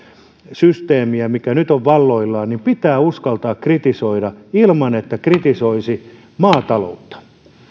systeemiä mikä nyt on valloillaan pitää uskaltaa kritisoida ilman että kritisoisi maataloutta